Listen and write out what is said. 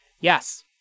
Yes